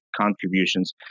contributions